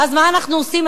ואז מה אנחנו עושים?